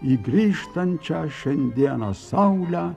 į grįžtančią šiandieną saulę